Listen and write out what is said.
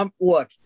Look